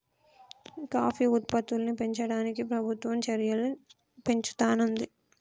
coffee ఉత్పత్తుల్ని పెంచడానికి ప్రభుత్వం చెర్యలు పెంచుతానంది